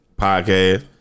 Podcast